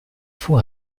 faut